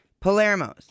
Palermo's